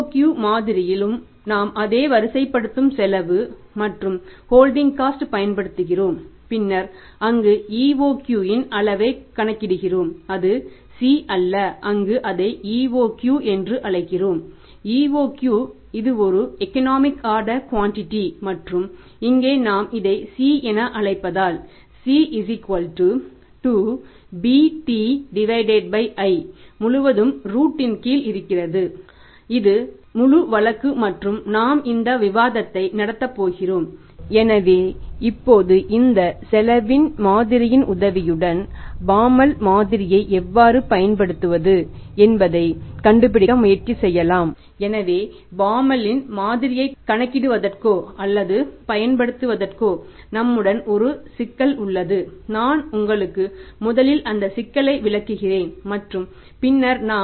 EOQ மாதிரியிலும் நாம் அதே வரிசைப்படுத்தும் செலவு மற்றும் ஹோல்டிங் காஸ்ட் மாதிரியை எவ்வாறு பயன்படுத்துவது என்பதைக் கண்டுபிடிக்க முயற்சி செய்யலாம்